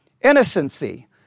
Innocency